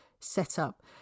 setup